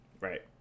Right